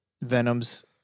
Venom's